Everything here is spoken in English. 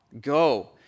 Go